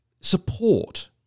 support